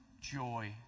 joy